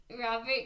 Robert